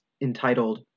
entitled